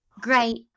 Great